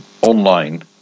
online